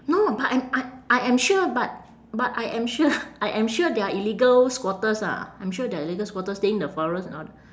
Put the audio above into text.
no but I'm I I am sure but but I am sure I am sure there are illegal squatters ah I'm sure there are illegal squatters stay in the forest and all that